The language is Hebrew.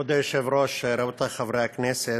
כבוד היושב-ראש, רבותי חברי הכנסת,